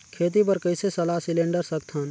खेती बर कइसे सलाह सिलेंडर सकथन?